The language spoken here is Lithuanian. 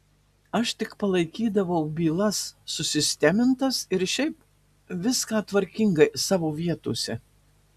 aš tik palaikydavau bylas susistemintas ir šiaip viską tvarkingai savo vietose